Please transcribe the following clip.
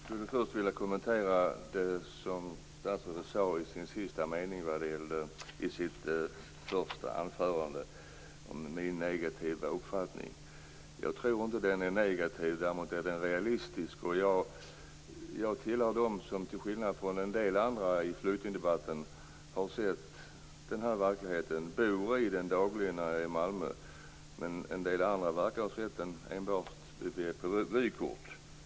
Fru talman! Jag vill först kommentera det som statsrådet sade i sista meningen i sitt första anförande, om min negativa uppfattning. Jag tror inte att den är negativ. Däremot är den realistisk. Jag tillhör dem som till skillnad från en del andra i flyktingdebatten har sett den här verkligheten. Jag bor dagligen i den när jag är i Malmö. En del andra verkar ha sett den enbart på vykort.